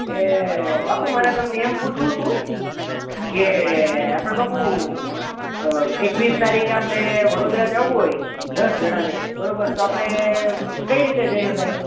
એ બાપુ મારે તમને એમ પૂછવું હતું કે આપણે બાપુ એકવીસ તારીખે આપણે વડોદરા જવું હોય દસ જણ ને બરાબર તો આપણે કઈ રીતે જઈ શકાય